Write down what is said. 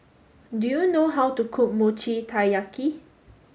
do you know how to cook Mochi Taiyaki